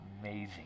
amazing